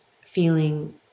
feeling